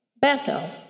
Bethel